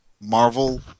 Marvel